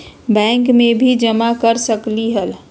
Bank में भी जमा कर सकलीहल?